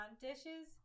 dishes